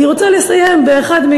אני רוצה לסיים באחד,